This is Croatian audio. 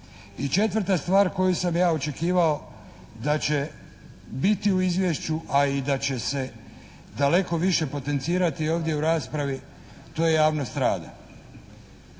I četvrta stvar koju sam ja očekivao da će biti u izvješću a i da će se daleko više potencirati je ovdje u raspravi, to je javnost rada.